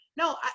No